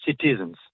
citizens